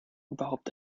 überhaupt